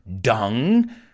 dung